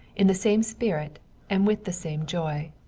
in the same spirit and with the same joy.